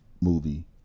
movie